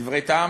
דברי טעם?